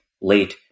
late